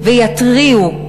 ויתריעו,